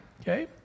Okay